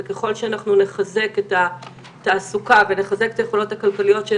וככל שאנחנו נחזק את התעסוקה ונחזק את היכולות הכלכליות של